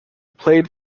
played